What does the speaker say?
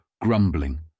grumbling